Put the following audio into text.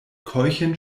keuchend